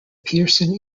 pearson